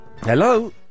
Hello